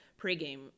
pregame